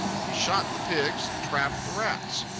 he shot the pigs and trapped the rats.